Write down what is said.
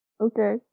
Okay